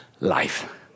life